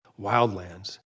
wildlands